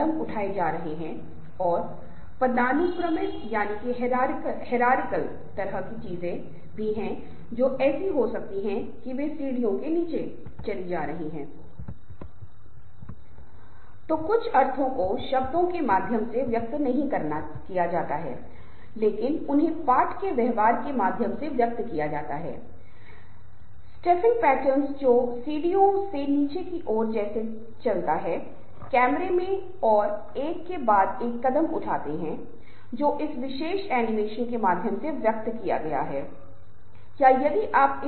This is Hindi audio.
जब समूह होते हैं तो विभिन्न चरण क्या होते हैं समूह को आगे कैसे बढ़ाया जाता हैपहला स्टेज हैं फॉर्मिंग इसमे समूह अस्तित्व में आना शुरू होता है और एक नेता से मार्गदर्शन और दिशा की तलाश करता है वह यह पता लगता है की कार्य की प्रकृति क्या है और एक बार हम समझ जाते हैं कि वास्तव में क्या किया जाना है या हासिल किया जाना है और फिर किसी को इस तरह के लोगों का पता लगाने की कोशिश करनी चाहिए